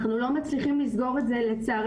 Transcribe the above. אנחנו לא מצליחים לסגור את זה, לצערנו.